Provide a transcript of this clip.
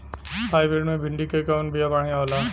Hybrid मे भिंडी क कवन बिया बढ़ियां होला?